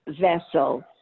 vessel